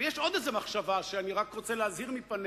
יש עוד איזו מחשבה, שאני רק רוצה להזהיר מפניה,